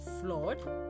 flawed